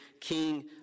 king